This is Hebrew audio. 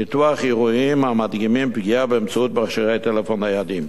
ניתוח אירועים המדגימים פגיעה באמצעות מכשירי טלפון ניידים.